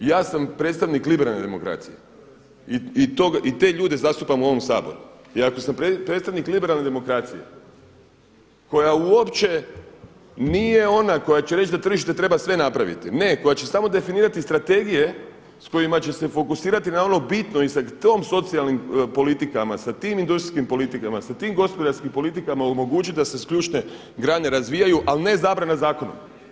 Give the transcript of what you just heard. Ja sam predstavnik liberalne demokracije i te ljude zastupam u ovom Saboru i ako sam predstavnik liberalne demokracije koja uopće nije ona koja će reći da tržište treba sve napraviti, ne koja će samo definirati strategije s kojima će se fokusirati na ono bitno i sa tim socijalnim politikama, sa tim industrijskim politikama, sa tim gospodarskim politikama omogućiti da se i ključne grane razvijaju, ali ne zabrana zakonom.